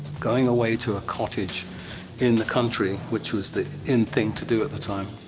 going away to a cottage in the country. which was the in thing to do at the time.